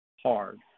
hard